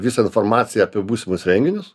visą informaciją apie būsimus renginius